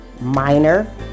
minor